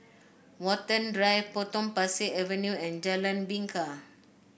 Watten Drive Potong Pasir Avenue and Jalan Bingka